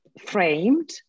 framed